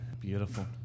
Beautiful